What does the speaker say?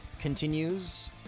continues